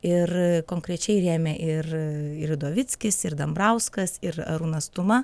ir konkrečiai rėmė ir ir udovickis ir dambrauskas ir arūnas tuma